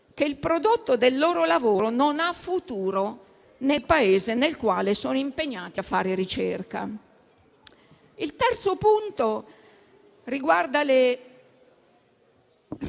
Il terzo punto riguarda le